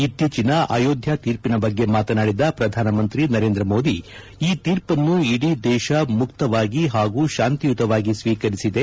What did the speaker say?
ಇತ್ತೀಚಿನ ಅಯೋಧ್ಯಾ ತೀರ್ಪಿನ ಬಗ್ಗೆ ಮಾತನಾಡಿದ ಪ್ರಧಾನಮಂತ್ರಿ ಮೋದಿ ಈ ತೀರ್ಪನ್ನು ಇಡೀ ದೇಶ ಮುಕ್ತವಾಗಿ ಹಾಗೂ ಶಾಂತಿಯುತವಾಗಿ ಸ್ವೀಕರಿಸಿದೆ